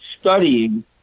studying